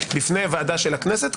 בפני ועדה של הכנסת,